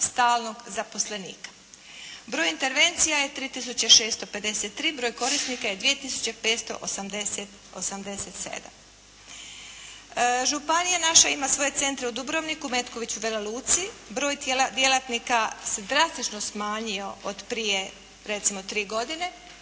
stalnog zaposlenika. Broj intervencija je 3 tisuće 653, broj korisnika je 2 tisuće 587. Županija naša ima svoje centre u Dubrovniku, Metkoviću, Vela Luci, broj djelatnika se drastično smanjio od prije recimo 3 godine,